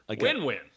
Win-win